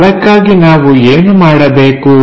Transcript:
ಅದಕ್ಕಾಗಿ ನಾವು ಏನು ಮಾಡಬೇಕು